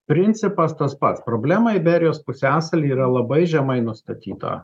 principas tas pats problema liberijos pusiasaly yra labai žemai nustatyta